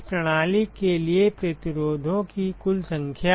इस प्रणाली के लिए प्रतिरोधों की कुल संख्या